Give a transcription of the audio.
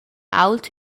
ault